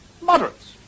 moderates